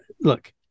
Look